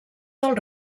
del